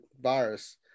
virus